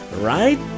right